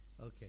Okay